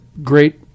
great